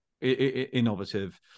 innovative